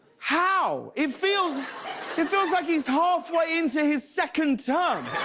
how? it feels it feels like he's halfway into his second term.